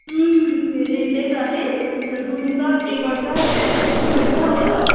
के हरे त्यही त है रुन्छ के गर्छ च्याँ च्याँ चु चु हुन्छ हो